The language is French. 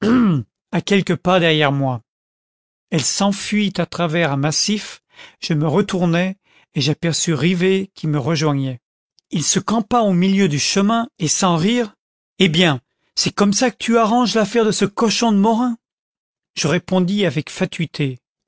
à quelques pas derrière moi elle s'enfuit à travers un massif je me retournai et j'aperçus rivet qui me rejoignait il se campa au milieu du chemin et sans rire eh bien c'est comme ça que tu arranges l'affaire de ce cochon de morin je répondis avec fatuité